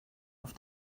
auf